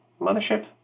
mothership